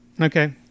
Okay